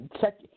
Check